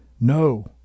No